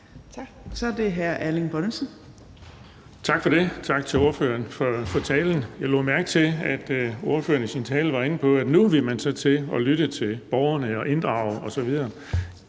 Kl. 11:46 Erling Bonnesen (V): Tak for det, og tak til ordføreren for talen. Jeg lagde mærke til, at ordføreren i sin tale var inde på, at man nu ville til at lytte til borgerne og inddrage dem osv.